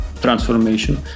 transformation